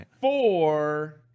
four